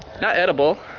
not edible,